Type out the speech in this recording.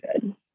good